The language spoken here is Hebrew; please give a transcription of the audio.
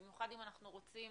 במיוחד אם אנחנו רוצים